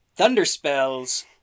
Thunderspells